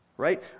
right